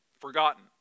forgotten